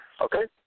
Okay